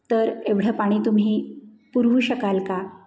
तर एवढं पाणी तुम्ही पुरवू शकाल का